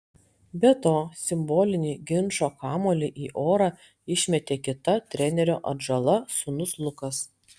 be to simbolinį ginčo kamuolį į orą išmetė kita trenerio atžala sūnus lukas